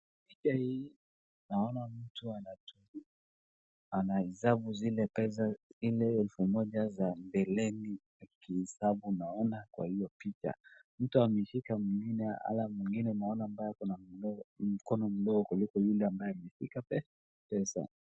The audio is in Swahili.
Picha hii naona mtu anahesabu zile pesa, ile elfu moja za mbeleni. Akihesabu, naona kwa hiyo picha mtu ameshika mwingine, hala naona mwingine ambaye yuko na mkono mdogo kuliko yule ambaye ameshika pesa.